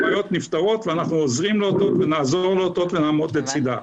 הבעיות נפתרות ואנחנו עוזרים ונעזור לאותות ונעמוד לצידם.